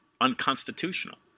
unconstitutional